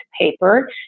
paper